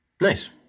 nice